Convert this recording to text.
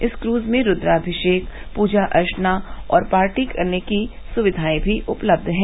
इस क्रूज में रूद्राभिशेक पूजा अर्चना और पार्टी करने की सुविधायें भी उपलब्ध हैं